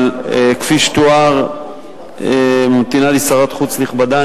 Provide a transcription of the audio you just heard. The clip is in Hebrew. אבל כפי שתואר ממתינה לי שרת חוץ נכבדה,